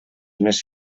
més